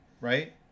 Right